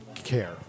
care